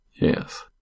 yes